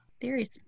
Theories